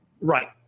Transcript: Right